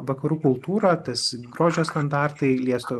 vakarų kultūra tas grožio standartai lieso